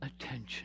attention